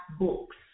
books